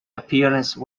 appearance